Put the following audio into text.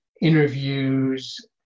interviews